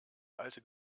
alte